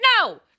No